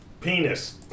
Penis